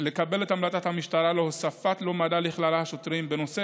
לקבל את המלצת המשטרה להוספת לומדה לכלל השוטרים בנושא